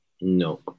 No